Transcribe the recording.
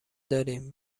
دارین